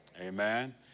Amen